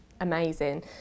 amazing